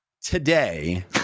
today